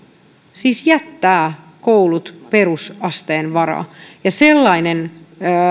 siis jättää koulun perusasteen varaan sellainen